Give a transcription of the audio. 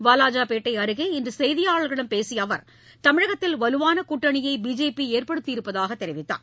வாலாஜாபேட்டை அருகே இன்று செய்தியாளர்களிடம் பேசிய அவர் தமிழகத்தில் வலுவான கூட்டணியை பிஜேபி ஏற்படுத்தி இருப்பதாக தெரிவித்தார்